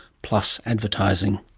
plus advertising.